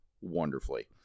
wonderfully